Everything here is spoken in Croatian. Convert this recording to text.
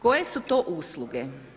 Koje su to usluge?